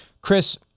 Chris